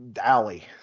alley